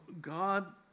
God